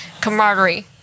camaraderie